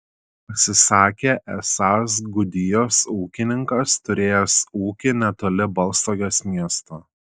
pasisakė esąs gudijos ūkininkas turėjęs ūkį netoli baltstogės miesto